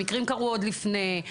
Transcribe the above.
המקרים קרו עוד לפני.